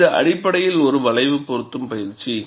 இது அடிப்படையில் ஒரு வளைவு பொருத்தும் பயிற்சி